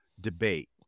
debate